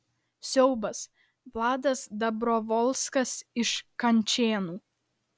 siaubas vladas dabrovolskas iš kančėnų